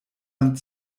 hand